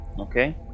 Okay